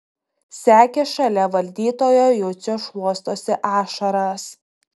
sekė šalia valdytojo jucio šluostosi ašaras